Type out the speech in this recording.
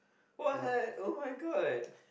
what [oh]-my-god